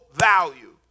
value